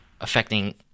affecting